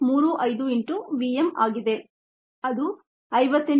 35 into v m ಆಗಿದೆ ಅದು 58